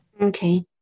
Okay